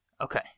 Okay